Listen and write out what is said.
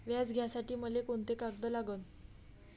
व्याज घ्यासाठी मले कोंते कागद लागन?